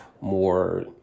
more